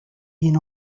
been